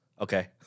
Okay